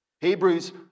Hebrews